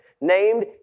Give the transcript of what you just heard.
named